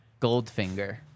Goldfinger